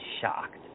shocked